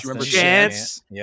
chance